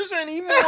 anymore